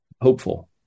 hopeful